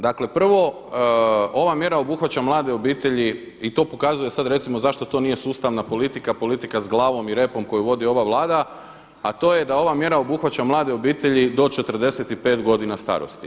Dakle, prvo ova mjera obuhvaća mlade obitelji i to pokazuje sad recimo zašto to nije sustavna politika, politika s glavom i repom koju vodi ova Vlada a to je da ova mjera obuhvaća mlade obitelji do 45 godina starosti.